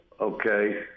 okay